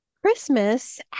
Christmas